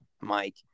Mike